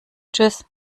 tschüss